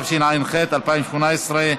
התשע"ח 2018,